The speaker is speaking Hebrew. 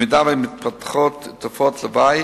אם מתפתחות תופעות לוואי